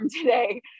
today